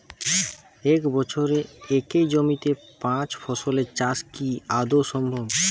এক বছরে একই জমিতে পাঁচ ফসলের চাষ কি আদৌ সম্ভব?